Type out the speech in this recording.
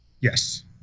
Yes